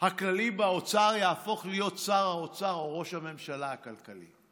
הכללי באוצר יהפוך להיות שר האוצר או ראש הממשלה הכלכלי.